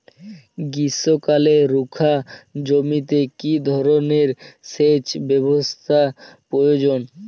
গ্রীষ্মকালে রুখা জমিতে কি ধরনের সেচ ব্যবস্থা প্রয়োজন?